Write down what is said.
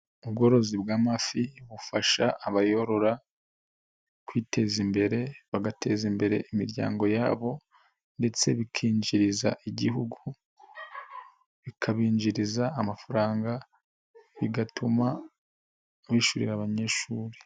Ubworozi bw'amafi bufasha abayoborora kwiteza imbere, bagateza imbere imiryango yabo, ndetse bikinjiriza Igihugu, bikabinjiriza amafaranga, bigatuma bishyurira abanyeshuri.